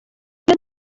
iyo